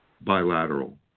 bilateral